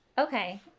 Okay